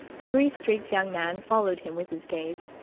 the grease-streaked young man followed him with his gaze.